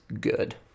good